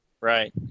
Right